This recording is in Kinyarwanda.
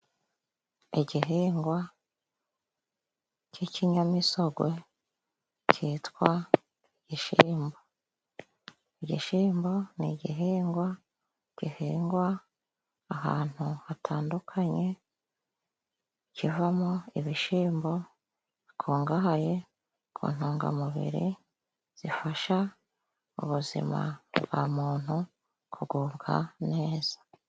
Igihingwa cy'ikinyamisogwe kitwa igishimbo. Igishimbo ni igihingwa gihingwa ahantu hatandukanye, kivamo ibishimbo bikungahaye ku ntungamubiri, zifasha ubuzima bwa muntu kugubwa neza.